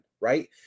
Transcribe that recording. right